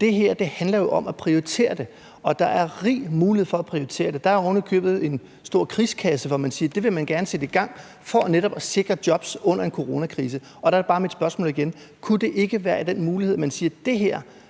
det her jo handler om at prioritere det, og der er rig mulighed for at prioritere det. Der er ovenikøbet en stor krigskasse, som gør, at man kan sige, at det vil man gerne sætte i gang for netop at sikre jobs under en coronakrise. Der er mit spørgsmål bare igen: Kunne det ikke være en mulighed, at man siger, at det her